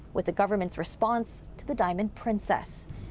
with the government's response to the diamond princess.